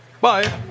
bye